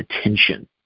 attention